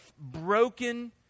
broken